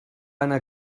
anar